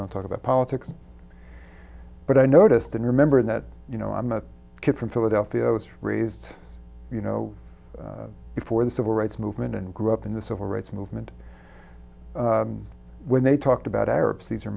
don't talk about politics but i noticed and remember that you know i'm a kid from philadelphia i was raised you know before the civil rights movement and grew up in the civil rights movement when they talked about arabs these are